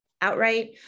outright